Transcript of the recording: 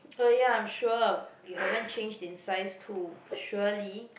oh ya I'm sure you haven't change in size too surely